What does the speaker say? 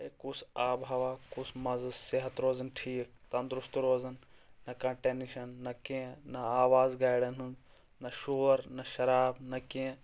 ہیے کُس آبہٕ ہَوا کُس مَزٕ صحت روزان ٹھیٖک تنٛدرُست روزان نَہ کانٛہہ ٹیٚنشَن نَہ کینٛہہ نَہ آواز گاڑٮ۪ن ہٕںٛز نَہ شور نَہ شراب نَہ کینٛہہ